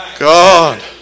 God